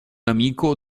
amico